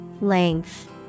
Length